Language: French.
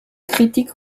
critiques